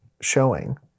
showing